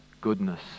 goodness